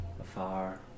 afar